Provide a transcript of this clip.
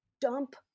dump